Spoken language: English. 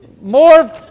more